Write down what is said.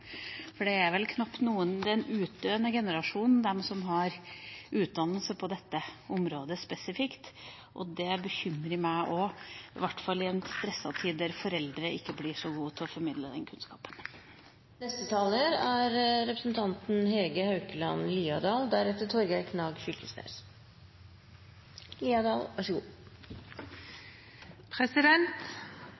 Det er en utdødende generasjon, de som har utdannelse på dette området spesifikt. Det bekymrer meg også, i hvert fall i en stresset tid der foreldrene ikke er så gode til å formidle den kunnskapen. Samfunnet trenger mennesker som er